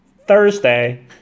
Thursday